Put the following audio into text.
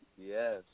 Yes